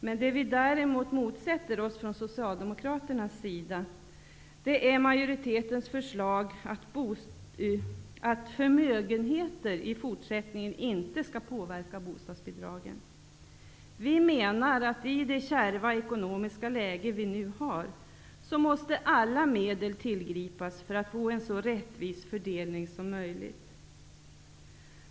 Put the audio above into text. Men det som vi från Socialdemokraternas sida motsätter oss är majoritetens förslag att förmögenheter i fortsättningen inte skall påverka bostadsbidragen. Vi menar att alla medel måste tillgripas i det kärva ekonomiska läge som vi nu har för att vi skall få en så rättvis fördelning som möjligt.